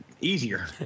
easier